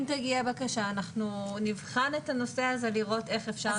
אם תגיע בקשה אנחנו נבחן את הנושא הזה לראות איך אפשר לפתור את הבעיה.